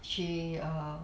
she err